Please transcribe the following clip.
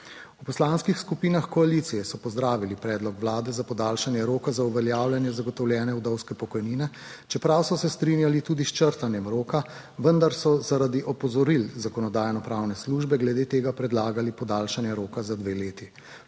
V poslanskih skupinah koalicije so pozdravili predlog vlade za podaljšanje roka za uveljavljanje zagotovljene vdovske pokojnine, čeprav so se strinjali tudi s črtanjem roka, vendar so zaradi opozoril Zakonodajno-pravne službe glede tega predlagali podaljšanje roka za dve leti.